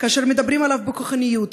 כאשר מדברים אליו בכוחניות,